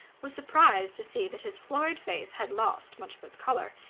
was surprised to see that his florid face had lost much of its colour.